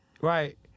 right